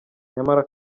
nyamara